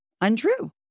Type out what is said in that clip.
untrue